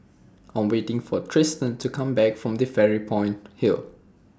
I Am waiting For Tristan to Come Back from Fairy Point Hill